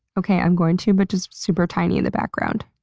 okay, i'm going to but just super tiny in the background.